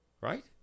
right